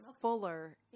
fuller